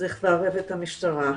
וצריך לערב את המשטרה.